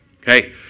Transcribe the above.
okay